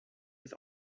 was